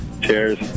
Cheers